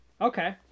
Okay